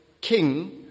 king